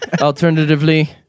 alternatively